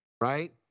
right